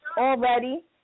already